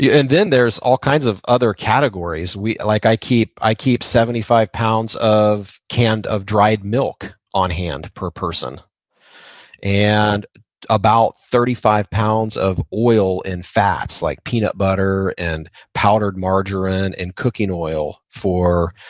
yeah and then there's all kinds of other categories. like i keep i keep seventy five pounds of canned of dried milk on hand, per person and about thirty five pounds of oil and fats like peanut butter and powdered margarine and cooking oil for